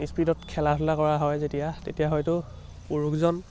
স্পীডত খেলা ধূলা কৰা হয় যেতিয়া তেতিয়া হয়তো পুৰুষজন